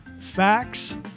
Facts